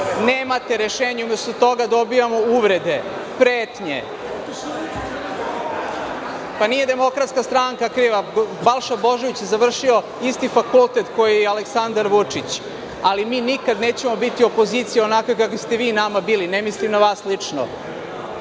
Nemate rešenje. Umesto toga dobijamo uvrede, pretnje. Nije DS kriva. Balša Božović je završio isti fakultet kao i Aleksandar Vučić, ali mi nikada nećemo biti opozicija onakva kakva ste vi nama bili, ne mislim na vas lično.